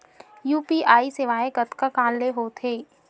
UPI सेवाएं कतका कान ले हो थे?